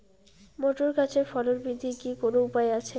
Motor গাছের ফলন বৃদ্ধির কি কোনো উপায় আছে?